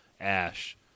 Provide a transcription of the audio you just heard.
Ash